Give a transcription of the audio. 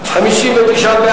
חבר הכנסת נחמן שי וחברת הכנסת